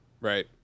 Right